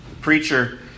preacher